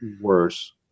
worse